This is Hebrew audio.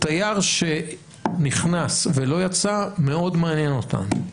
תייר שנכנס ולא יצא, הוא מאוד מעניין אותנו.